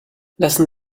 lassen